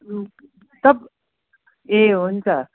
अँ तप ए हुन्छ